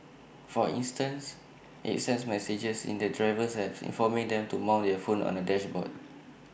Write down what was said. for instance IT sends messages in the driver's app informing them to mount their phone on the dashboard